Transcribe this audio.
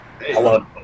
Hello